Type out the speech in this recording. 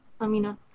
Amina